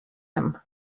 him